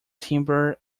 timber